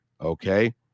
okay